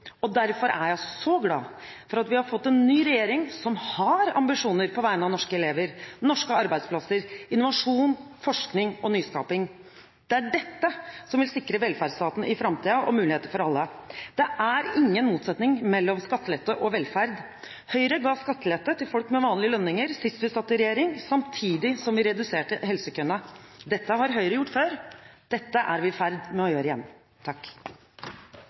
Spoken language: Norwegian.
unna. Derfor er jeg så glad for at vi har fått en ny regjering som har ambisjoner på vegne av norske elever, norske arbeidsplasser, innovasjon, forskning og nyskaping. Det er dette som vil sikre velferdsstaten i framtiden og sikre muligheter for alle. Det er ingen motsetning mellom skattelette og velferd. Høyre ga skattelette til folk med vanlige lønninger sist vi satt i regjering, samtidig som vi reduserte helsekøene. Dette har Høyre gjort før. Dette er vi i ferd med å gjøre igjen.